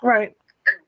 Right